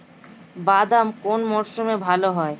বাদাম কোন মরশুমে ভাল হয়?